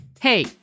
Hey